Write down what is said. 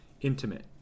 Intimate